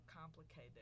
complicated